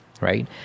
right